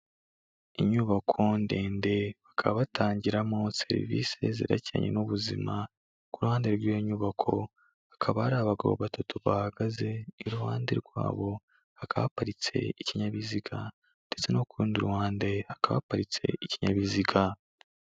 Inyubako ndende bakaba batangiramo serivisi zerekeranye n'ubuzima, ku ruhande rw'iyo nyubako hakaba ari abagabo batatu bahagaze, iruhande rwabo hakaba haparitse ikinyabiziga ndetse no ku rundi ruhande hakaba haparitse ikinyabiziga.